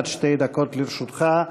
עד שתי דקות לרשותך.